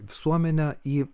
visuomenę į